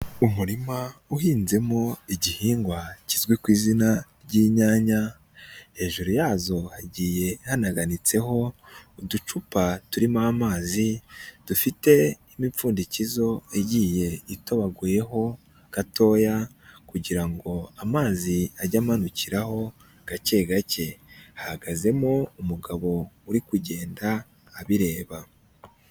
Umurima uhinzemo igihingwa kizwi ku izina ry'inyanya, hejuru yazo hagiye hanaganitseho uducupa turimo amazi, dufite n'imipfundikizo yagiye itobaguyeho gatoya, kugira ngo amazi ajye amanukiraho gake gake. Hahagazemo umugabo uri kugenda abireba.